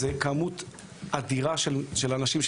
זו כמות אדירה של אנשים,